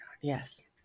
Yes